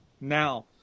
now